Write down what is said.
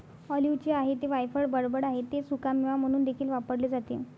ऑलिव्हचे आहे ते वायफळ बडबड आहे ते सुकामेवा म्हणून देखील वापरले जाते